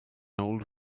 old